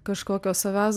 kažkokio savęs